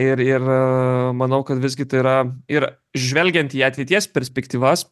ir ir manau kad visgi tai yra ir žvelgiant į ateities perspektyvas